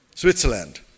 Switzerland